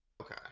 Okay